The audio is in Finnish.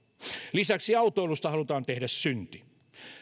lisäksi autoilusta halutaan tehdä synti